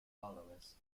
followers